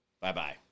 Bye-bye